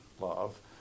love